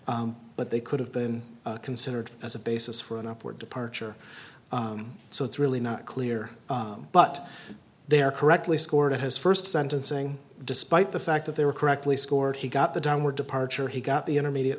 fees but they could have been considered as a basis for an upward departure so it's really not clear but there correctly scored his first sentencing despite the fact that they were correctly scored he got the downward departure he got the intermediate